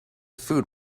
food